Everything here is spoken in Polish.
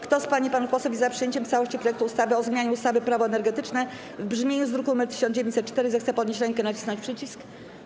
Kto z pań i panów posłów jest za przyjęciem w całości projektu ustawy o zmianie ustawy - Prawo energetyczne, w brzmieniu z druku nr 1904, zechce podnieść rękę i nacisnąć przycisk.